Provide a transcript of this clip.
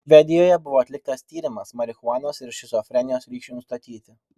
švedijoje buvo atliktas tyrimas marihuanos ir šizofrenijos ryšiui nustatyti